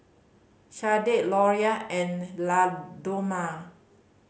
Shardae Laura and Ladonna